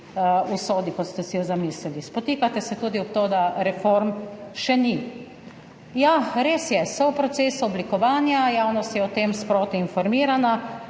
usodi, kot ste si jo zamislili. Spotikate se tudi ob to, da reform še ni. Ja, res je, so v procesu oblikovanja, javnost je o tem sproti informirana